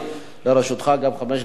גם לרשותך חמש דקות.